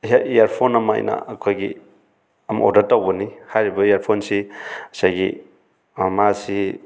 earphone ꯑꯃ ꯑꯩꯅ ꯑꯈꯣꯏꯒꯤ ꯑꯃ ꯑꯣꯗꯔ ꯇꯧꯕꯅꯤ ꯍꯥꯏꯔꯤꯕ ꯏꯌꯔꯐꯣꯟꯁꯤ ꯁꯤ ꯑꯩꯒꯤ ꯃꯥꯁꯤ